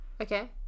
Okay